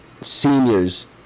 seniors